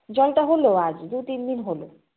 জলটা হলো আজ দু তিন দিন হলো